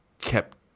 kept